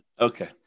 Okay